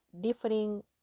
Differing